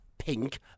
pink